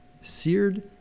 Seared